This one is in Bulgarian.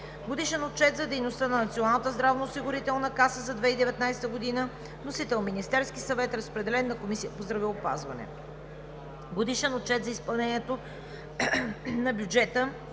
Годишен отчет за дейността на Националната здравноосигурителна каса за 2019 г. Вносител е Министерският съвет. Разпределен е на Комисията по здравеопазване. Годишен отчет за изпълнението на бюджета